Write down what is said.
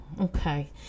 Okay